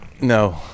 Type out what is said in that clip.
No